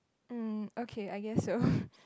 um okay I guess so